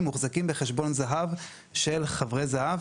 מוחזקים בחשבון זהב של חברי זהב,